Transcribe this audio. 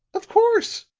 of course!